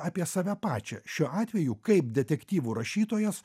apie save pačią šiuo atveju kaip detektyvų rašytojas